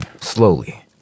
slowly